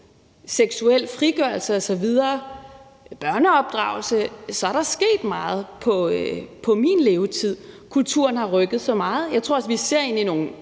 seksuel frigørelse, børneopdragelse osv., så er der sket meget i min levetid. Kulturen har rykket sig meget, og jeg tror også, vi ser ind i nogle